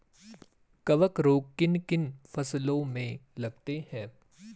कवक रोग किन किन फसलों में लगते हैं?